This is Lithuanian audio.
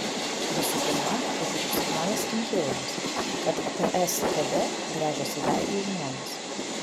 visų pirma tai būtų signalas rinkėjams kad ts kd gręžiasi veidu į žmones